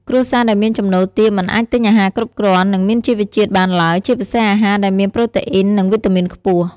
គ្រួសារដែលមានចំណូលទាបមិនអាចទិញអាហារគ្រប់គ្រាន់ និងមានជីវជាតិបានឡើយ ជាពិសេសអាហារដែលមានប្រូតេអ៊ីន និងវីតាមីនខ្ពស់។